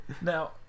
now